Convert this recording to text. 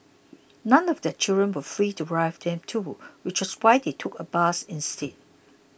none of their children were free to drive them too which was why they took a bus instead